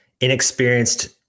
Inexperienced